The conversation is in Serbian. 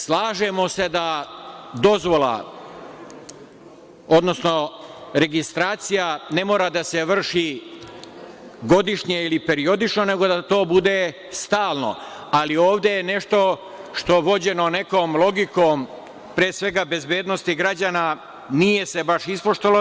Slažemo se da dozvola, odnosno registracija ne mora da se vrši godišnje ili periodično, nego da to bude stalno, ali ovde je nešto što je vođeno nekom logikom, pre svega bezbednosti građana, nije se baš ispoštovalo to.